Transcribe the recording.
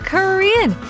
Korean